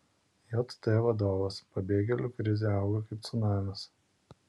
jt vadovas pabėgėlių krizė auga kaip cunamis